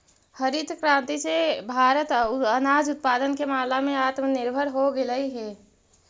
हरित क्रांति से भारत अनाज उत्पादन के मामला में आत्मनिर्भर हो गेलइ हे